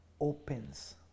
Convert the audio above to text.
opens